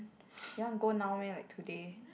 you want go now meh like today